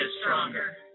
stronger